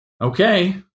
Okay